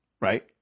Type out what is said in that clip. right